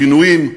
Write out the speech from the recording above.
גינויים,